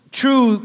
true